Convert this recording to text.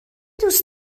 دوست